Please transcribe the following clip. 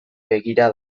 begira